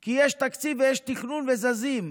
כי יש תקציב, יש תכלול וזזים.